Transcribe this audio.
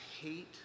hate